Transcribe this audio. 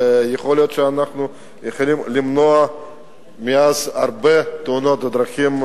ויכול להיות שיכולנו למנוע מאז הרבה יותר תאונות דרכים,